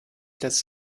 das